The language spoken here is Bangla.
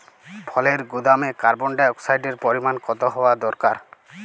ফলের গুদামে কার্বন ডাই অক্সাইডের পরিমাণ কত হওয়া দরকার?